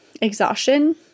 exhaustion